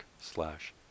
slash